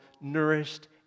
nourished